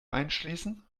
einschließen